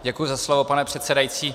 Děkuji za slovo, pane předsedající.